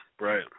Right